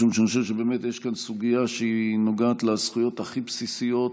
משום שאני חושב שיש כאן סוגיה שנוגעת לזכויות הכי בסיסיות,